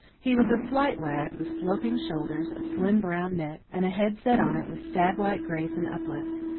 he was a slight lad, with sloping shoulders, a slim brown neck, and a head set on it with stag-like grace and uplift.